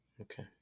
Okay